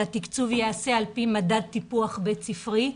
שהתקצוב ייעשה על פי מדד טיפוח בית ספרי.